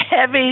heavy